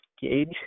gauge